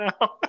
now